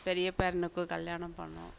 பெரிய பேரனுக்கும் கல்யாணம் பண்ணோம்